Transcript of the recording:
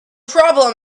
problem